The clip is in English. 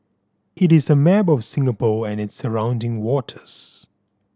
it is a map of Singapore and its surrounding waters